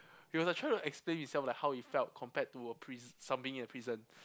he was like trying to explain himself like how it felt compared to a prince something in a prison